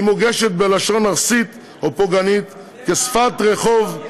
היא מוגשת בלשון ארסית ופוגענית, בשפת רחוב,